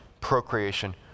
procreation